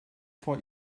vor